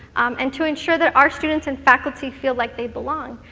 and to ensure that our students and faculty feel like they belong.